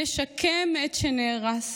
נשקם את שנהרס